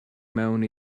mewn